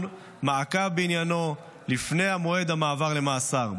מעקב בעניינו לפני מועד המעבר למאסר.